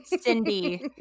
Cindy